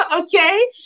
okay